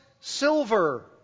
silver